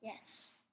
Yes